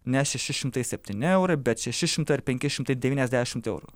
ne šeši šimtai septyni eurai bet šeši šimtai ar penki šimtai devyniasdešimt eurų